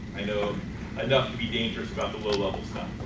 i know enough to be dangerous about the low level stuff.